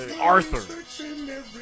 Arthur